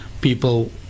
people